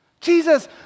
Jesus